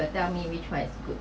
will tell me which one is good